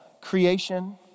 creation